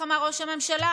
איך אמר ראש הממשלה?